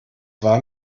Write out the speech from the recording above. war